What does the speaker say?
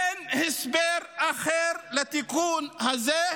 אין הסבר אחר לתיקון הזה.